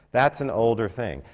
that's an older thing.